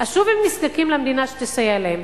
אז שוב הם נזקקים למדינה שתסייע להם.